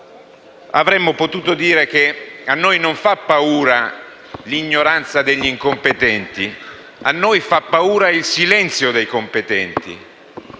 avremmo potuto dire che a noi non fa paura l'ignoranza degli incompetenti, a noi fa paura il silenzio dei competenti.